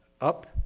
up